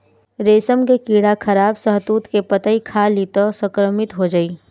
रेशम के कीड़ा खराब शहतूत के पतइ खाली त संक्रमित हो जाई